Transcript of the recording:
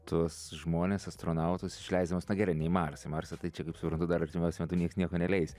tuos žmones astronautus išleisdamas na gerai ne į marsą į marsą tai čia kaip suprantu dar artimiausiu metu nieks nieko neleis